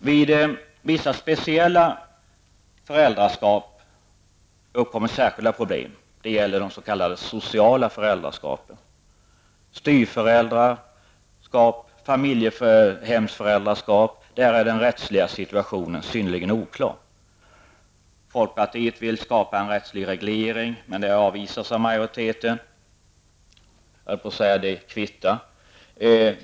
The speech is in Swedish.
Vid vissa föräldraskap uppkommer speciella problem, och det gäller den s.k. sociala föräldraskapen. Vid styvföräldraskap och familjehemsföräldraskap är den rättsliga situationen synnerligen oklar. Vi i folkpartiet vill skapa en rättslig reglering, men det har majoriteten avvisat. Jag höll på att säga att det kvittar.